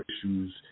issues